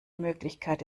möglichkeit